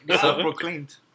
Self-proclaimed